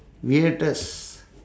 weirdest